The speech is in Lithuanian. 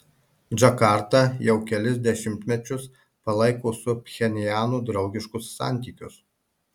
džakarta jau kelis dešimtmečius palaiko su pchenjanu draugiškus santykius